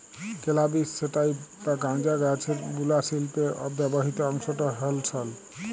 ক্যালাবিস স্যাটাইভ বা গাঁজা গাহাচের বুলা শিল্পে ব্যাবহিত অংশট হ্যল সল